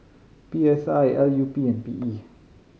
P S I L U P and P E